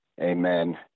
amen